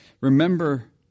Remember